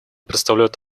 представляют